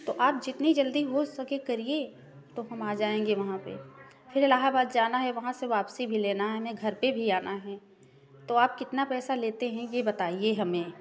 तो आप जितनी जल्दी हो सके करिए तो हम आ जाएँगे वहाँ पर फिर इलाहाबाद जाना है वहाँ से वापसी भी लेना है हमें घर पर भी आना है तो आप कितना पैसा लेते हैं यह बताइए हमें